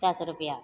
पचास रुपैआ